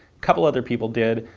couple other people did,